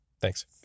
Thanks